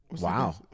Wow